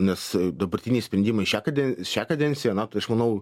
nes a dabartiniai sprendimai šią kade šią kadenciją na tai aš manau